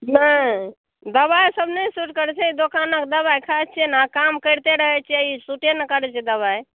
नहि दबाइसभ नहि सूट करैत छै दोकानक दबाइ खाइत छियै ने काम करिते रहैत छियै ई सुटे नहि करैत छै दबाइ